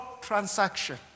transaction